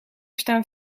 staan